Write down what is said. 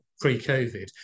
pre-COVID